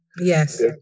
Yes